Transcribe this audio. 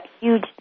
huge